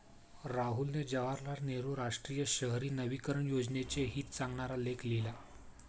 राहुलने जवाहरलाल नेहरू राष्ट्रीय शहरी नवीकरण योजनेचे हित सांगणारा लेख लिहिला